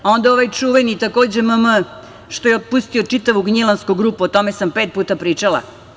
Onda ovaj čuveni M.M. što je otpustio čitavu Gnjilansku grupu, o tome sam pet puta pričala.